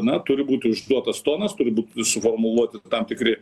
na turi būti užduotas tonas turi būt suformuluoti tam tikri